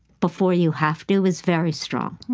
before you have to is very strong.